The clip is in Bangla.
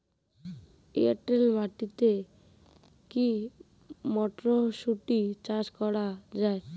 এটেল মাটিতে কী মটরশুটি চাষ করা য়ায়?